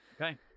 Okay